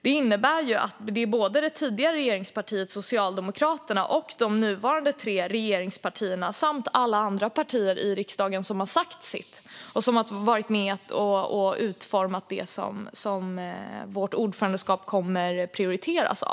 Det innebär att det är såväl det tidigare regeringspartiet, Socialdemokraterna, som de nuvarande regeringspartierna och alla andra partier i riksdagen som har sagt sitt och varit med och utformat det som vårt ordförandeskap kommer att prioritera.